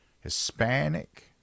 Hispanic